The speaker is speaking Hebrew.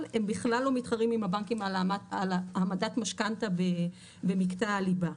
הם בכלל לא מתחרים עם הבנקים על העמדת משכנתא במקטע הליבה.